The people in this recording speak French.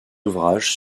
ouvrages